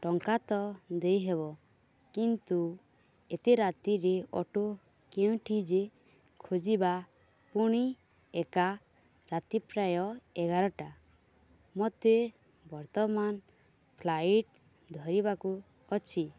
ଟଙ୍କା ତ ଦେଇହେବ କିନ୍ତୁ ଏତେ ରାତିରେ ଅଟୋ କେଉଁଠି ଯେ ଖୋଜିବା ପୁଣି ଏକା ରାତି ପ୍ରାୟ ଏଗାରଟା ମୋତେ ବର୍ତ୍ତମାନ ଫ୍ଲାଇଟ୍ ଧରିବାକୁ ଅଛି